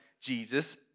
Jesus